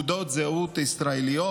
נושאים תעודות זהות ישראליות.